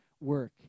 work